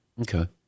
Okay